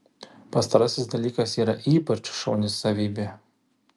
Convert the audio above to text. pastarasis dalykas yra ypač šauni savybė